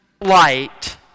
light